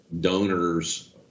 donors